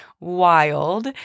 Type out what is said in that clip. wild